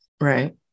Right